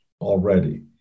already